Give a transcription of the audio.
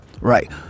right